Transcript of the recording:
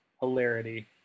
hilarity